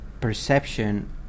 perception